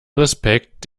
respekt